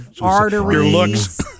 arteries